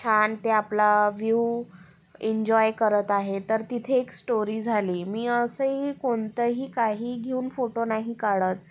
छान ते आपला व्ह्यू इन्जॉय करत आहे तर तिथे एक स्टोरी झाली मी असंही कोणतंही काहीही घेऊन फोटो नाही काढत